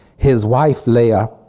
his wife leia,